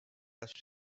rest